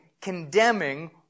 condemning